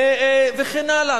וכן הלאה.